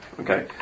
Okay